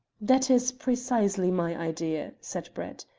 that is precisely my idea, said brett.